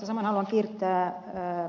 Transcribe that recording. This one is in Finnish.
samoin haluan kiittää ed